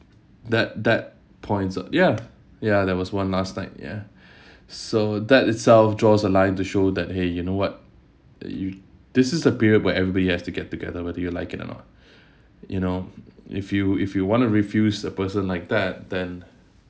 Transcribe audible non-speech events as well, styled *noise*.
that that points uh ya ya there was one last night ya *breath* so that itself draws a line to show that !hey! you know what yo~ this is a period where everybody has to get together whether you like it or not *breath* you know if you if you want to refuse a person like that then